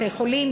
בתי-חולים,